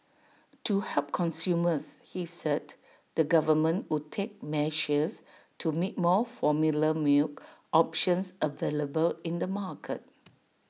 to help consumers he said the government would take measures to make more formula milk options available in the market